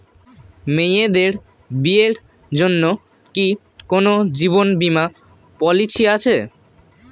মেয়েদের বিয়ের জন্য কি কোন জীবন বিমা পলিছি আছে?